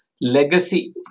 Legacy